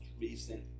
recent